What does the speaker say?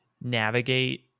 navigate